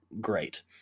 great